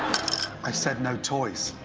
i said no toys.